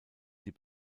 die